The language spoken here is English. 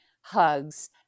hugs